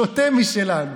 שותה משלנו,